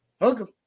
Welcome